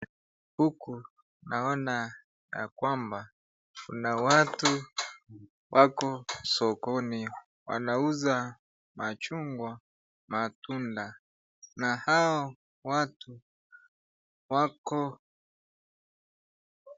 Huku naona ya kwamba kuna watu wako sokoni wanauza machungwa matunda na hao watu wako,,,